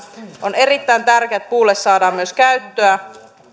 on erittäin tärkeää että puulle saadaan myös käyttöä